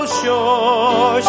sure